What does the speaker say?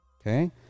okay